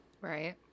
Right